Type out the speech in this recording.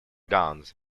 guns